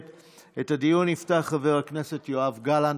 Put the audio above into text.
הדיון יפתח חבר הכנסת יואב גלנט.